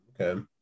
Okay